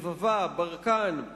רבבה וברקן,